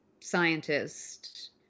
scientist